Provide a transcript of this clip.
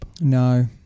No